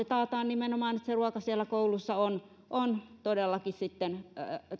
taataan nimenomaan että se ruoka siellä koulussa on on todellakin sitten